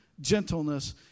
gentleness